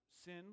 sin